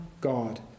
God